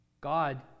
God